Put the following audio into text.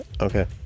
Okay